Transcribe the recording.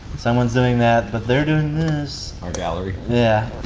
someone's doing that, but, they're doing this. our gallery? yeah.